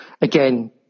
Again